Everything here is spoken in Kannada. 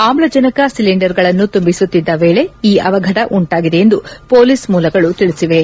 ಆಮ್ಲಜನಕ ಸಿಲಿಂಡರ್ಗಳನ್ನು ತುಂಬಿಸುತ್ತಿದ್ದ ವೇಳೆ ಈ ಅವಘಡ ಉಂಟಾಗಿದೆ ಎಂದು ಪೊಲೀಸ್ ಮೂಲಗಳು ತಿಳಿಸಿವೆ